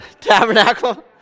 Tabernacle